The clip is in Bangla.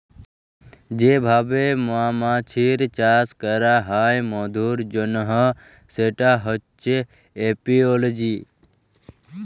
যে ভাবে মমাছির চাষ ক্যরা হ্যয় মধুর জনহ সেটা হচ্যে এপিওলজি